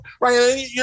right